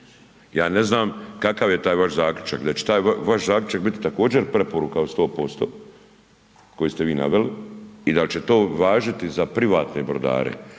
Ja ne znam kakav je taj vaš zaključak, da će taj vaš zaključak bit također preporuka od 100% koji ste vi naveli i dal će to važiti za privatne brodare,